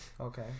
Okay